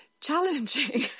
challenging